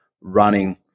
running